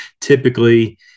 Typically